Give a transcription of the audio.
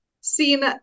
seen